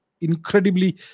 incredibly